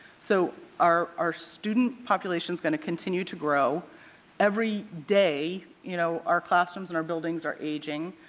so our our student population is going to continue to grow every day you know our classrooms and our buildings are aging.